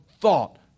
thought